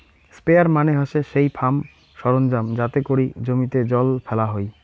sprayer মানে হসে সেই ফার্ম সরঞ্জাম যাতে করে জমিতে জল ফেলা হই